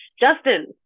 Justin